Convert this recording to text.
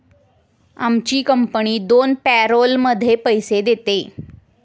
आमची कंपनी दोन पॅरोलमध्ये पैसे देते